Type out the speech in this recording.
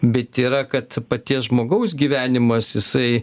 bet yra kad paties žmogaus gyvenimas jisai